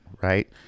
right